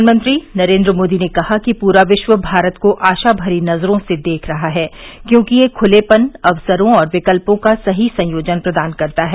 प्रधानमंत्री नरेंद्र मोदी ने कहा कि पूरा विश्व भारत को आशा भरी नजरों से देख रहा है क्योंकि ये खुलेपन अवसरों और विकल्पों का सही संयोजन प्रदान करता है